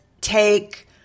take